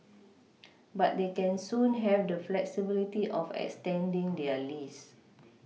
but they can soon have the flexibility of extending their lease